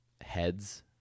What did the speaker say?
heads